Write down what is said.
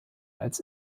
als